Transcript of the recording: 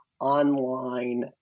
online